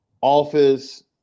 office